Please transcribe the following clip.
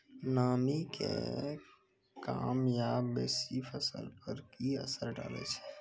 नामी के कम या बेसी फसल पर की असर डाले छै?